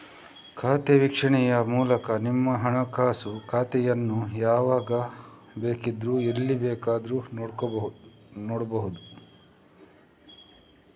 ಖಾತೆ ವೀಕ್ಷಣೆಯ ಮೂಲಕ ನಿಮ್ಮ ಹಣಕಾಸು ಖಾತೆಯನ್ನ ಯಾವಾಗ ಬೇಕಿದ್ರೂ ಎಲ್ಲಿ ಬೇಕಾದ್ರೂ ನೋಡ್ಬಹುದು